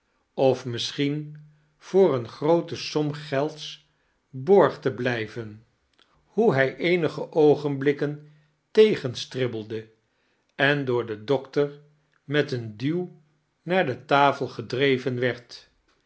of misschien voor eene groote som geldsborg te iblijven hoe hij eenige oogenblikken tegenstaibbelde en door den doctor met een duw naar de tafel gedrevien werd